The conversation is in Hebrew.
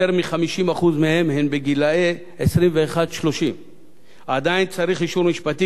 יותר מ-50% מהם הם בגיל 21 30. עדיין צריך אישור משפטי